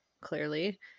clearly